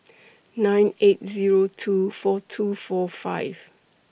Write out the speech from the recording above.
nine eight Zero two four two four five